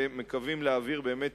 ומקווים להעביר באמת,